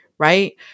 right